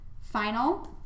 final